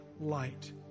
light